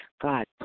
God